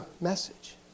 message